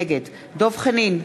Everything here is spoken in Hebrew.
נגד דב חנין,